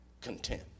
content